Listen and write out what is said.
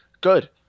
Good